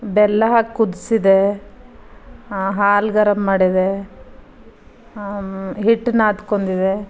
ಬೆಲ್ಲ ಹಾಕಿ ಕುದಿಸಿದೆ ಆ ಹಾಲು ಗರಂ ಮಾಡಿದೆ ಹಿಟ್ಟು ನಾದ್ಕೊಂಡಿದ್ದೆ